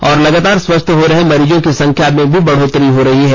और लगातार स्वस्थ हो रहे मरीजों की संख्या में बढ़ोतरी हो रही है